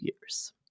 years